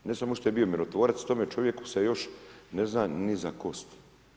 Ne samo što je bio mirotvorac, tom čovjeku se još ne zna ni za kosti.